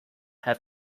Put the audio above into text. have